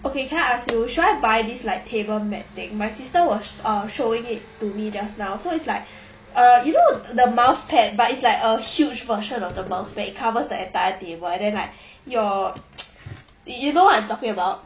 okay can I ask you should I buy this like table mat thing my sister was showing it to me just now so it's like uh you know the mouse pad but it's like a huge version of the mouse pad it covers the entirety of why then like your you know I'm talking about